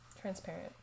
Transparent